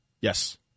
yes